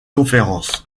conférence